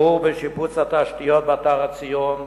ואלה הושקעו בשיפוץ התשתיות באתר הציון,